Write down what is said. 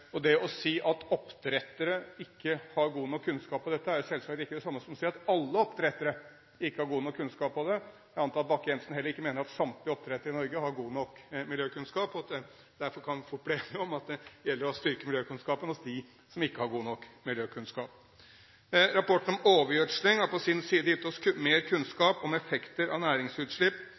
Det å si at oppdrettere ikke har god nok kunnskap på dette området, er selvsagt ikke det samme som å si at alle oppdrettere ikke har god nok kunnskap om dette. Jeg antar at Bakke-Jensen heller ikke mener at samtlige oppdrettere i Norge har god nok miljøkunnskap, og at vi derfor fort kan bli enige om at det gjelder å styrke miljøkunnskapen hos dem som ikke har god nok miljøkunnskap. Rapporten om overgjødsling har på sin side gitt oss mer kunnskap om effekter av næringsutslipp